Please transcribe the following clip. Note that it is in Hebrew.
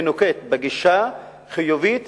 ונוקט גישה חיובית,